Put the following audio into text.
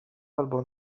albo